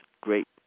great